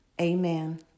Amen